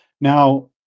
Now